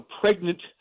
pregnant